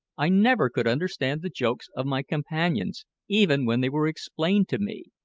i never could understand the jokes of my companions even when they were explained to me,